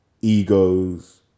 egos